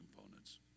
components